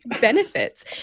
benefits